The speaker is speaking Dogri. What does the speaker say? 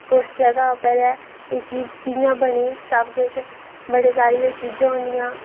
कुस जगह उप्पर ऐ एह् चीज कि'यां बनी सब किश बड़ी सारी ओह् चीजां होंदियां